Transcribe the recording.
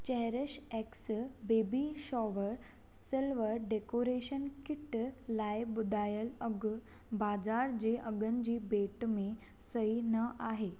cherish X baby shower silver decoration kit लाइ ॿुधायल अघु बाज़ार जे अघनि जी भेंट में सही न आहे